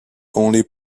only